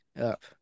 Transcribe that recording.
up